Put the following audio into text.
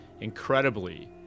incredibly